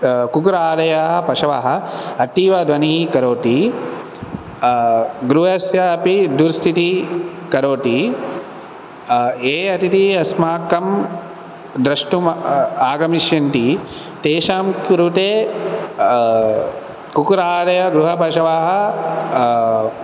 कुक्कुरादयः पशवः अतीवध्वनिः करोति गृहस्यापि दुस्सितिः करोति ये अतिथिः अस्माकं द्रष्टुं आगमिष्यन्ति तेषां कृते कुक्कुरादयगृहपशवः